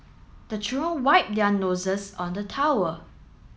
the children wipe their noses on the towel